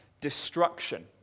destruction